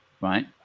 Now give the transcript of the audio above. right